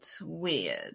weird